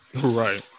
right